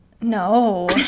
No